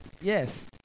Yes